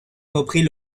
reprit